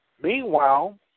Meanwhile